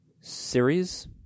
series